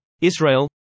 Israel